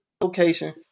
location